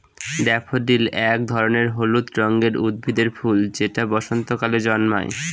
daffodil এক ধরনের হলুদ রঙের উদ্ভিদের ফুল যেটা বসন্তকালে জন্মায়